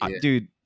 dude